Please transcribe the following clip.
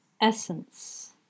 essence